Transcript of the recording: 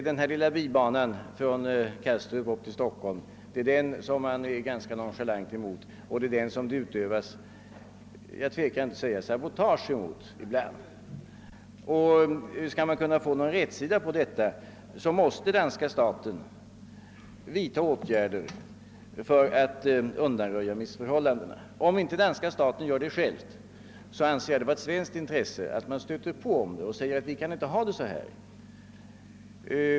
Den lilla bibanan från Kastrup upp till Stockholm är man på flygfältet ganska nonchalant emot, och det är den som det ibland utövas sabotage mot — jag tvekar inte att använda det uttrycket. Om vi skall kunna få rätsida på detta, så måste danska staten vidta åtgärder för att undanröja missförhållandena. Om inte danska staten gör det själv, anser jag det vara ett svenskt intresse att stöta på och säga att vi kan inte ha det på detta sätt.